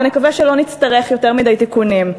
ונקווה שלא נצטרך יותר מדי תיקונים.